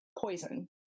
poison